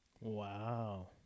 Wow